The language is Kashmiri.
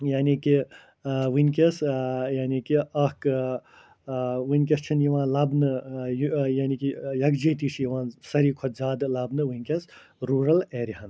یعنی کہِ وٕنۍکٮ۪س یعنی کہِ اَکھ وٕنۍکٮ۪س چھُنہٕ یِوان لَبنہٕ یہِ یعنی کہِ یَکجٲہتی چھِ یِوان ساروی کھۄتہٕ زیادٕ لَبنہٕ وٕنۍکٮ۪س روٗرَل ایریاہَن منٛز